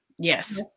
Yes